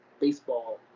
baseball